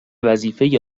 وظیفه